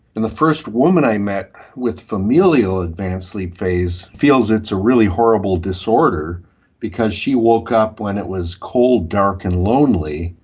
and the first woman i met with familial advanced sleep phase feels it's a really horrible disorder because she woke up when it was cold, dark and lonely.